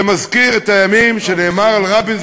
זה מזכיר את הימים שנאמר בהם על רבין,